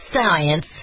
science